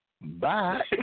bye